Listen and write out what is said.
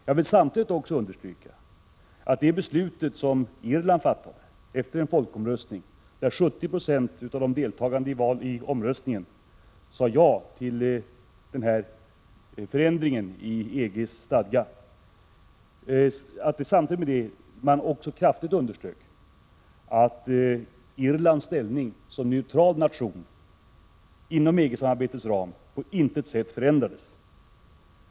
Jag vill dock samtidigt påpeka att det beslut som Irland fattade efter en folkomröstning där 70 96 av deltagarna i omröstningen sade ja till denna förändring av EG:s stadgar kraftigt underströk att Irlands ställning som neutral nation inom EG-samarbetets ram på intet sätt förändrades.